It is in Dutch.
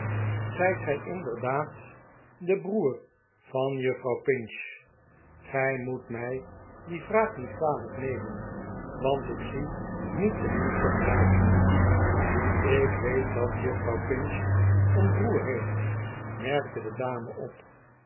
zijt gij inderdaad de broer van maarten chuzzlewit juffrouw pinch gij moet mij die vraag niet k'walijk nemen want ik zie niet de minste gelijkenis ik weet dat juffrouw pinch een broer heeft merkte de dame op